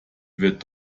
wird